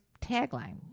tagline